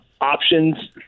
options